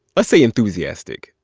let's say enthusiastic.